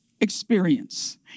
experience